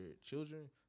children